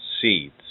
seeds